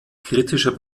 kritischer